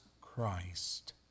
Christ